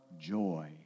joy